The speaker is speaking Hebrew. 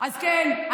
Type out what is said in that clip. אז כן,